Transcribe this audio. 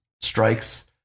strikes